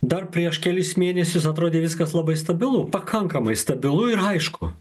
dar prieš kelis mėnesius atrodė viskas labai stabilu pakankamai stabilu ir aišku